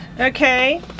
Okay